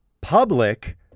public